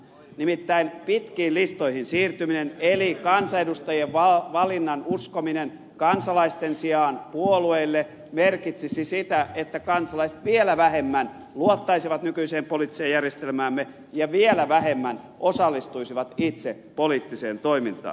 nimittäin pitkiin listoihin siirtyminen eli kansanedustajien valinnan uskominen kansalaisten sijaan puolueille merkitsisi sitä että kansalaiset vielä vähemmän luottaisivat nykyiseen poliittiseen järjestelmäämme ja vielä vähemmän osallistuisivat itse poliittiseen toimintaan